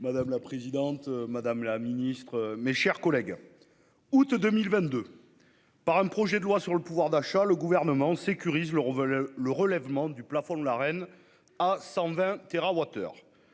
Madame la présidente, madame la ministre, mes chers collègues, août 2022 : par un projet de loi sur le pouvoir d'achat, le Gouvernement sécurise le relèvement du plafond de l'Arenh à 120